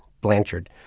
Blanchard